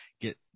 get